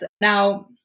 Now